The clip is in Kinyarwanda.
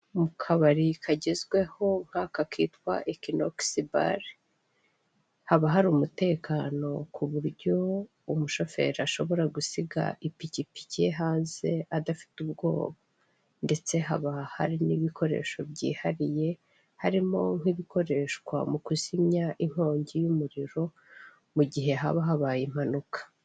Mu kabari kagezweho nk'aka kitwa ekinogisi bar haba hari umutekano ku buryo umushoferi ashobora gusiga ipikipiki hanze adafite ubwoba ndetse haba hari n'ibikoresho byihariye harimo nk'ibikoreshwa mu kuzimya inkongi y'umuriro mu gihe haba habaye impanuka.